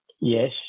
Yes